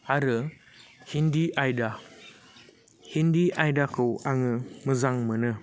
आरो हिन्दी आयदा हिन्दी आयदाखौ आङो मोजां मोनो